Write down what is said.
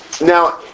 Now